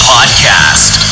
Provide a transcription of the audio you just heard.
Podcast